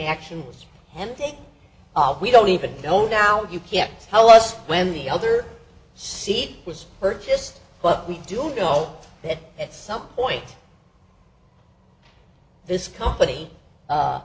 action and take we don't even know now you can't tell us when the other seed was purchased but we do know that at some point this company